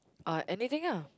uh anything ah